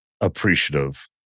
appreciative